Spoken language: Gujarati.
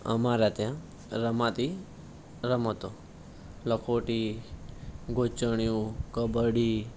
અમારા ત્યાં રમાતી રમતો લખોટી ગોચણીયું કબડ્ડી